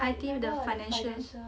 I_T the financial